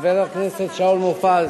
חבר הכנסת שאול מופז,